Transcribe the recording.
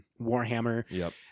Warhammer